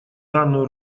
данную